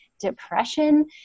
depression